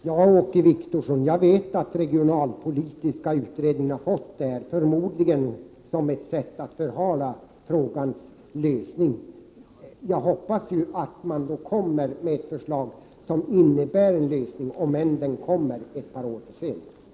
Herr talman! Jag vet, Åke Wictorsson, att regionalpolitiska utredningen har fått ett uppdrag — förmodligen som ett sätt att förhala frågans lösning. Jag hoppas att utredningen kommer med ett förslag som innebär en lösning, om än den kommer ett par år för sent.